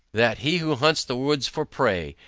that he, who hunts the woods for prey,